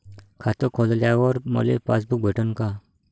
खातं खोलल्यावर मले पासबुक भेटन का?